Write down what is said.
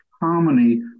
harmony